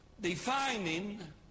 Defining